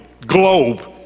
globe